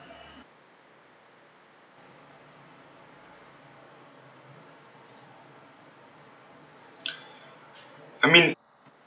I mean